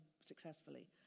successfully